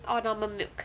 or normal milk